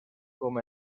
com